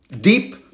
Deep